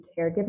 caregivers